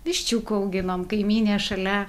viščiukų auginom kaimynė šalia